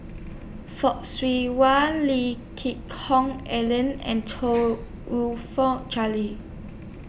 Fock Siew Wah Lee Geck Hoon Ellen and Chong YOU Fook Charles